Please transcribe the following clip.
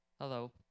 Hello